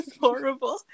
horrible